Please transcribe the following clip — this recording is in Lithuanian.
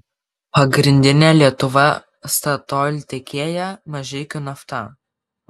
pagrindinė lietuva statoil tiekėja mažeikių nafta